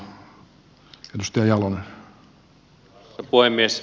arvoisa puhemies